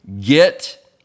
Get